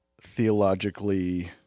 theologically